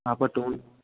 હા પર ટોલ